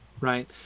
right